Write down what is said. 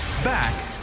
back